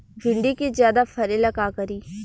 भिंडी के ज्यादा फरेला का करी?